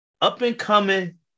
up-and-coming